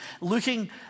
Looking